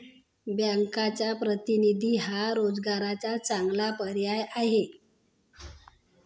बँकचा प्रतिनिधी हा रोजगाराचा चांगला पर्याय आहे